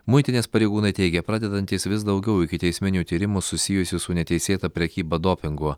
muitinės pareigūnai teigia pradedantys vis daugiau ikiteisminių tyrimų susijusių su neteisėta prekyba dopingu